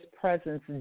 presence